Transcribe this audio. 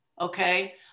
Okay